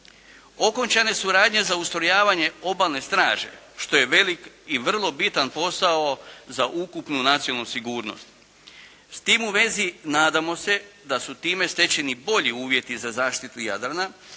Okončane su radnje za ustrojavanje Obalne straže, što je velik i vrlo bitan posao za ukupnu nacionalnu sigurnost. S tim u vezi nadamo se da su time stečeni bolji uvjeti za zaštitu Jadrana,